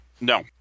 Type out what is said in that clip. No